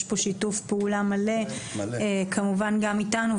יש פה שיתוף פעולה מלא כמובן גם איתנו,